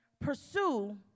pursue